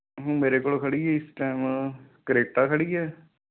ਹੂੰ ਮੇਰੇ ਕੋਲ ਖੜੀ ਹੈ ਇਸ ਟਾਇਮ ਕਰੇਟਾ ਖੜੀ ਹੈ